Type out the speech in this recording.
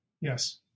Yes